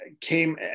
came